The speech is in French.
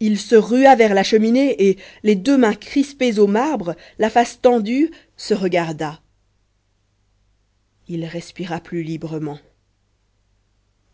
il se rua vers la cheminée et les deux mains crispées au marbre la face tendue se regarda il respira plus librement